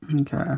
Okay